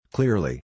Clearly